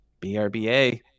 BRBA